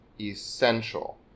essential